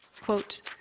quote